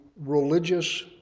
religious